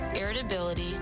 irritability